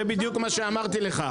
זה בדיוק מה שאמרתי לך,